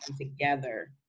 together